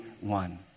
One